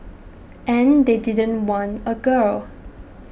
and they didn't want a girl